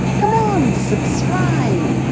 come on subscribe!